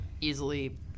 easily